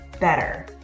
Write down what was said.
better